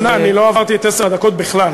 אנא, אני לא עברתי את עשר הדקות בכלל.